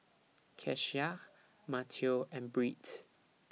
Keshia Matteo and Britt